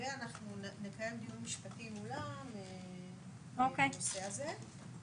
אנחנו נקיים דיון משפטי מולם בנושא הזה.